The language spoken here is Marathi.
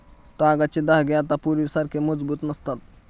तागाचे धागे आता पूर्वीसारखे मजबूत नसतात